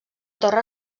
torre